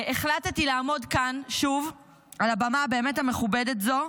החלטתי לעמוד כאן שוב, על במה באמת מכובדת זו,